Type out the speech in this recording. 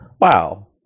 wow